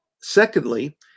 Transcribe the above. Secondly